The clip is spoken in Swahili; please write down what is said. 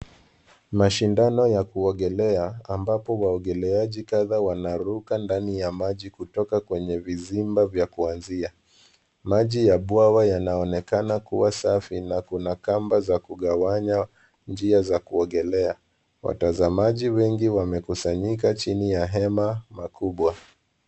Mashindano ya kuogelea, ambapo washindani kadha wanaruka ndani ya maji kutoka kwenye vizimba vya kuanzia. Maji ya bwawa yanaoenakana kua safi na kuna kamba za kugawanya njia za kuogelea. Watazamaji wengi wamekusanyika chini ya hema makubwa.